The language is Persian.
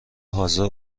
حاضر